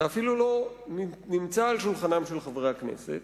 שאפילו לא נמצא על שולחנם של חברי הכנסת,